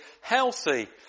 healthy